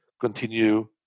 continue